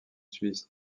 suisse